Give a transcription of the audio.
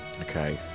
okay